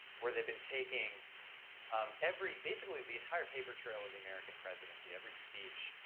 where they've been taking um every, basically the entire paper trail of the american presidency, every speech,